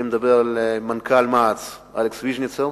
אני מדבר על מנכ"ל מע"צ, אלכס ויז'ניצר,